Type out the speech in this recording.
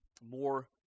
more